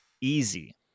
easy